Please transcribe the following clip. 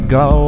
go